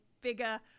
bigger